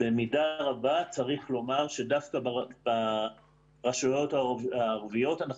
במידה רבה צריך לומר שדווקא ברשויות הערביות אנחנו